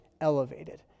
elevated